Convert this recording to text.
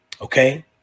Okay